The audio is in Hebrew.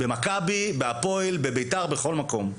במכבי בהפועל בבית"ר בכל מקום.